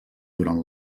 durant